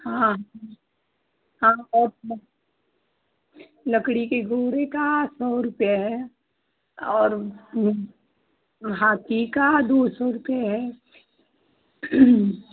हाँ हाँ लकड़ी के गुम्बे का सौ रुपये है और हाथी का दो सौ रुपये है